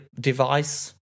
device